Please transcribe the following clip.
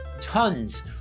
tons